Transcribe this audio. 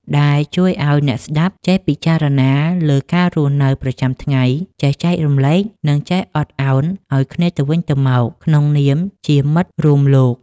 ដែលជួយឱ្យអ្នកស្តាប់ចេះពិចារណាលើការរស់នៅប្រចាំថ្ងៃ ចេះចែករំលែក និងចេះអត់ឱនឱ្យគ្នាទៅវិញទៅមកក្នុងនាមជាមិត្តរួមលោក។